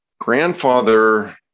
grandfather